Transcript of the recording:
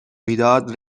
میداد